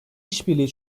işbirliği